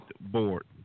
board